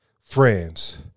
friends